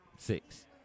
six